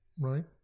Right